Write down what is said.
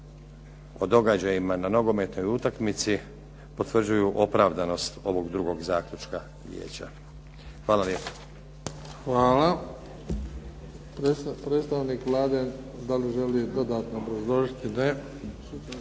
o događajima na nogometnoj utakmici potvrđuju opravdanost ovog drugog zaključka vijeća. Hvala lijepa. **Bebić, Luka (HDZ)** Hvala. Predstavnik Vlade da li želi dodatno obrazložiti? Ne.